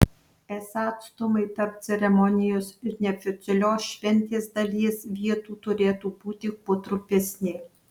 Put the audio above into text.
esą atstumai tarp ceremonijos ir neoficialios šventės dalies vietų turėtų būti kuo trumpesni